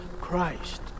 Christ